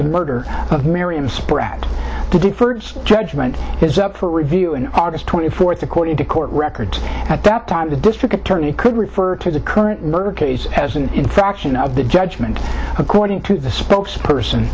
the murder of miriam spratt the deferred judgment is up for review in august twenty fourth according to court records at that time the district attorney could refer to the current murder case as an infraction of the judgment according to the spokes person